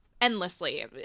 endlessly